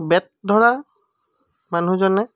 bat ধৰা মানুহজনে